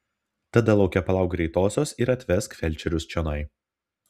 tada lauke palauk greitosios ir atvesk felčerius čionai